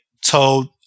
told